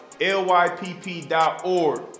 lypp.org